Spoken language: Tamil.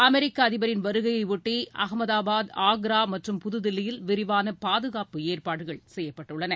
அமெிக்க அதிபரின் வருகையையொட்டி அகமதாபாத் ஆக்ரா மற்றும் புதுதில்லியில் விரிவான பாதுகாப்பு ஏற்பாடுகள் செய்யப்பட்டுள்ளன